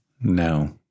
No